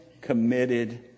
committed